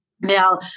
Now